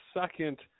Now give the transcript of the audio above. second